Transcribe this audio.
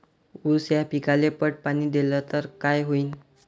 ऊस या पिकाले पट पाणी देल्ल तर काय होईन?